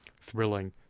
thrilling